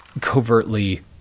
covertly